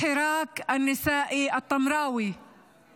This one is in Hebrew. (אומרת דברים בשפה הערבית,